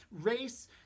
race